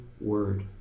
word